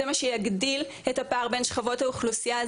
זה מה שיגדיל את הפער בין שכבות האוכלוסייה,